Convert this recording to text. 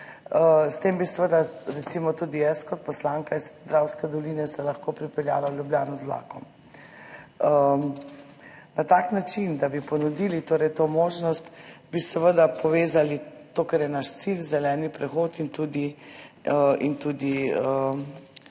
S tem bi se, recimo, tudi jaz kot poslanka iz Dravske doline lahko pripeljala v Ljubljano z vlakom. Na tak način, da bi torej ponudili to možnost, bi povezali to, kar je naš cilj, zeleni prehod in tudi